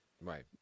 right